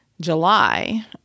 July